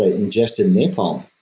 ah ingested napalm,